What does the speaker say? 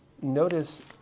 notice